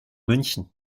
münchen